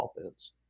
offense